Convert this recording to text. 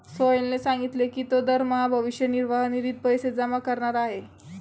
सोहेलने सांगितले की तो दरमहा भविष्य निर्वाह निधीत पैसे जमा करणार आहे